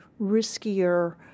riskier